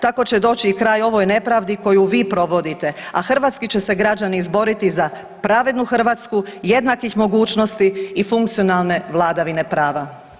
Tako će doći kraj i ovoj nepravdi koju vi provodite, a hrvatski će se građani izboriti za pravednu Hrvatsku jednakih mogućnosti i funkcionalne vladavine prava.